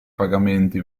pagamenti